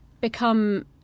become